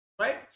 Right